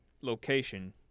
location